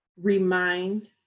remind